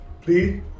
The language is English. Please